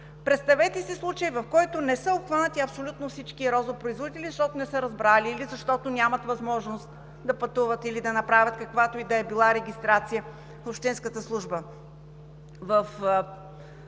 Представете си случай, в който не са обхванати абсолютно всички розопроизводители, защото не са разбрали или защото нямат възможност да пътуват, или да направят каквато и да било регистрация в общинската служба.